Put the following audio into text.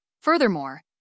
Furthermore